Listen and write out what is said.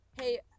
Hey